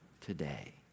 today